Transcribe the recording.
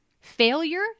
Failure